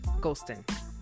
Golston